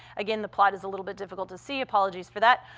again, the plot is a little bit difficult to see. apologies for that.